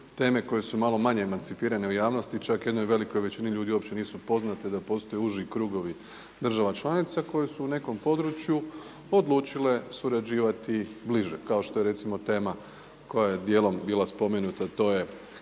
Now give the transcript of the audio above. Teme koje su malo manje emancipirane u javnosti čak jednoj velikoj većini ljudi uopće nisu poznate da postoje uži krugovi država članica koje su u nekom području odlučile surađivati bliže kao što je recimo tema koja je dijelom bila spomenuta, a to je